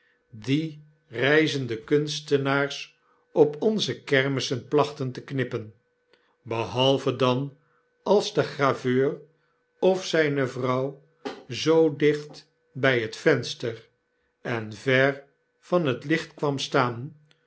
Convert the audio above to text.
die ouderwetsche zwarte silhouetten diereizendekunstenaars op onze kermissen plachten te knippen behalve dan als de graveur of zjjne vrouw zoo dicht b jj het venster en ver van het licht kwam staan